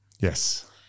Yes